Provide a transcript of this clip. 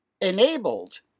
enabled